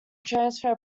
transfer